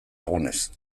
egunez